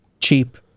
cheap